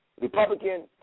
Republican